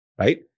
Right